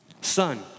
Son